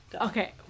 okay